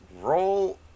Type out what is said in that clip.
Roll